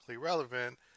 relevant